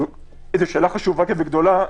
זו שאלה חשובה וגדולה,